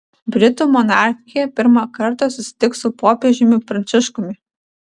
britų monarchė pirmą kartą susitiks su popiežiumi pranciškumi